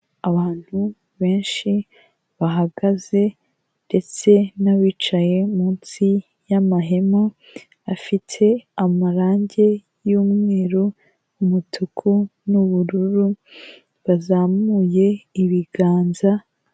Abantu benshi bahagaze ndetse n'abicaye munsi y'amahema, afite amarangi y'umweru umutuku, n'ubururu, bazamuye ibiganza.